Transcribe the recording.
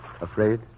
afraid